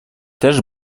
też